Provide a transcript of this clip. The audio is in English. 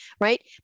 right